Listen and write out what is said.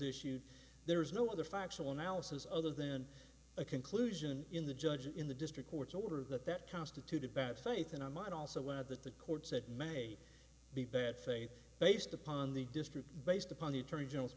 issued there was no other factual analysis other than a conclusion in the judge in the district court's order that that constituted bad faith and i might also add that the courts that may be bad faith based upon the district based upon the attorney general's